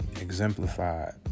exemplified